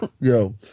Yo